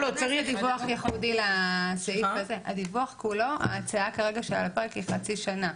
הדיווח כולו, ההצעה כרגע שעל הפרק היא חצי שנה.